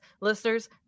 Listeners